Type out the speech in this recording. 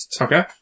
Okay